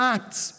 Acts